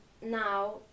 now